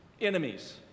enemies